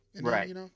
Right